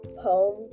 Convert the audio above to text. poem